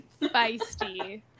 feisty